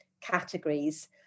categories